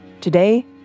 Today